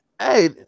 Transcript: Hey